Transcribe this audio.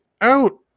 out